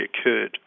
occurred